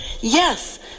yes